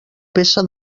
peça